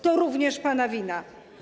To również pana wina.